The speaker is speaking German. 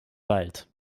wald